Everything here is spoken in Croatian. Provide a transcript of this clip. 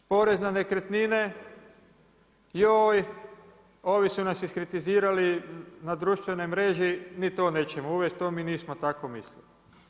Porez na nekretnine, joj ovi su nas iskritizirali na društvenoj mreži, nit to nećemo uvesti, to mi ni nismo tako mislili.